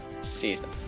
season